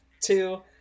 Two